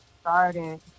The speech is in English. started